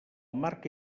marca